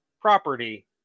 property